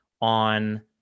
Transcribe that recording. on